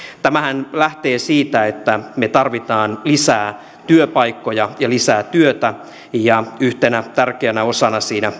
tämähän lähtee siitä että me tarvitsemme lisää työpaikkoja ja lisää työtä ja yhtenä tärkeänä osana siinä